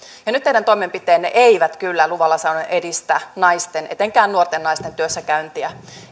nyt teidän toimenpiteenne eivät kyllä luvalla sanoen edistä naisten etenkään nuorten naisten työssäkäyntiä